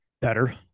Better